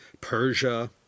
Persia